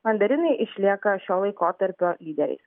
mandarinai išlieka šio laikotarpio lyderiais